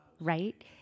right